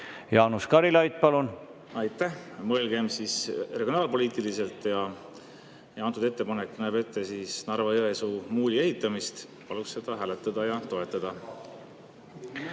Jaanus Karilaid, palun! Aitäh! Mõelgem siis regionaalpoliitiliselt. Antud ettepanek näeb ette Narva-Jõesuu muuli ehitamist. Paluks seda hääletada ja toetada.